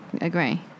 agree